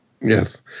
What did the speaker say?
Yes